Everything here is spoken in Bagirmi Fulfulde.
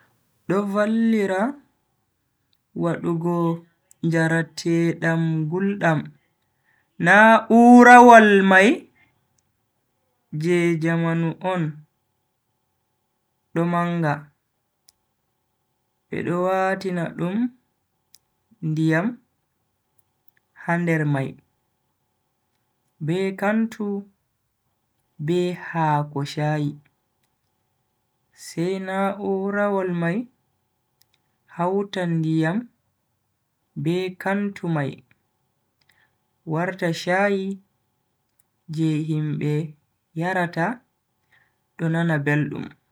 Do vallira wadugo njarateedam guldam. Na'urawol mai je jamanu on do manga, be do watina dum ndiyam ha der mai be kantu be haako shayi. sai na'urawol mai hauta ndiyam be kantu mai warta shayi je himbe yarata do nana beldum.